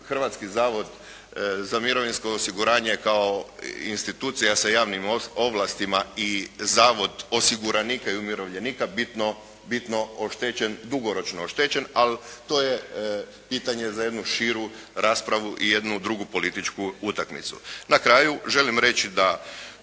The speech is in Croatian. Hrvatski zavod za mirovinsko osiguranje kao institucija sa javnim ovlastima i zavod osiguranika i umirovljenika bitno oštećen, dugoročno oštećen ali to je pitanje za jednu širu raspravu i jednu drugu političku utakmicu. Na kraju želim reći da